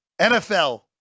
NFL